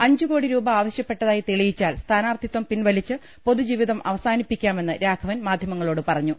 അഞ്ച്കോടിരൂപ ആവശ്യപ്പെട്ടതായി തെളിയിച്ചാൽ സ്ഥാനാർഥിത്വം പിൻവലിച്ച് പൊതുജീവിതം അവസാനിപ്പിക്കാമെന്ന് രാഘ വൻ മാധ്യമങ്ങളോട് പറഞ്ഞു